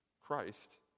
Christ